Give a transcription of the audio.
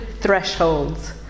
thresholds